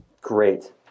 great